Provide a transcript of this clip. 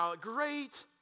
great